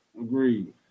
agreed